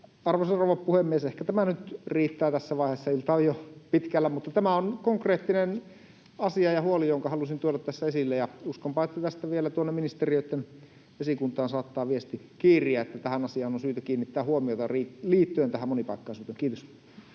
arvoisa rouva puhemies, ehkä tämä nyt riittää tässä vaiheessa. Ilta on jo pitkällä. — Tämä on konkreettinen asia ja huoli, jonka halusin tuoda tässä esille, ja uskonpa, että tästä vielä tuonne ministeriöitten esikuntaan saattaa viesti kiiriä, että tähän asiaan on syytä kiinnittää huomiota, liittyen tähän monipaikkaisuuteen. — Kiitos.